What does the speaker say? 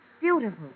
beautiful